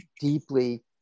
deeply